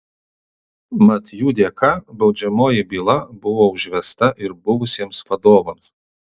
mat jų dėka baudžiamoji byla buvo užvesta ir buvusiems vadovams